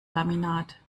laminat